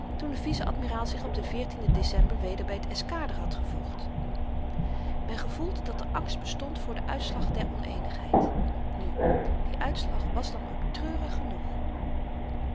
toen de vice-admiraal zich op den den december weder by t eskader had gevoegd men gevoelt dat er angst bestond voor den uitslag der oneenigheid nu die uitslag was dan ook treurig genoeg